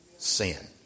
sin